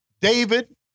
David